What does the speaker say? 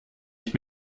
ich